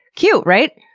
cute, right?